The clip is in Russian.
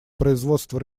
производства